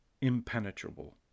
impenetrable